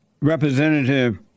Representative